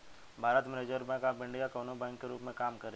भारत में reserve bank of India कवनो bank के रूप में काम करेले